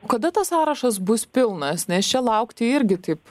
kada tas sąrašas bus pilnas nes čia laukti irgi taip